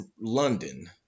London